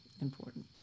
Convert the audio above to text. important